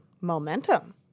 momentum